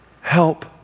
help